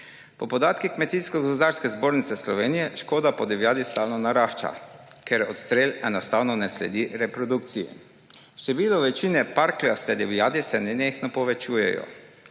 Po podatkih Kmetijsko gozdarske zbornice Slovenije škoda po divjadi stalno narašča, ker odstrel enostavno ne sledi reprodukciji. Število večinoma parkljaste divjadi se nenehno povečuje.